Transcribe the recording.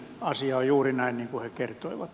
asia on juuri näin niin kuin he kertoivat